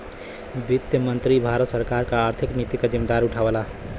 वित्त मंत्री भारत सरकार क आर्थिक नीति क जिम्मेदारी उठावला